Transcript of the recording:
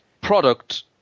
product